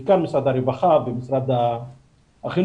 בעיקר משרד הרווחה ומשרד החינוך,